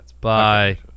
bye